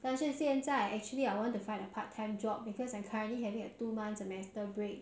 但是现在 actually I want to find a part time job because I'm currently having a two months semester break